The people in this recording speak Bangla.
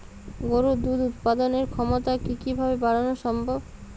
গরুর দুধ উৎপাদনের ক্ষমতা কি কি ভাবে বাড়ানো সম্ভব?